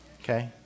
Okay